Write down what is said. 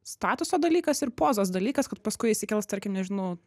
statuso dalykas ir pozos dalykas kad paskui įsikels tarkim nežinau